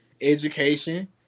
education